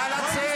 להוציא